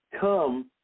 come